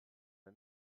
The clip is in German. der